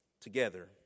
together